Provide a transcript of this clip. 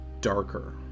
darker